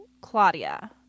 Claudia